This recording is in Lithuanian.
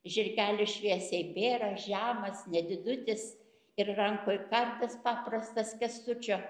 žirgelis šviesiai bėras žemas nedidutis ir rankoj kardas paprastas kęstučio